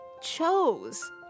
chose